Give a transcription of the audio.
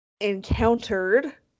encountered